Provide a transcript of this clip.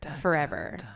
forever